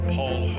Paul